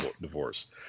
divorce